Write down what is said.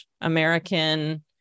American